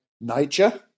nature